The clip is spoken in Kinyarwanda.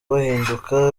bahinduka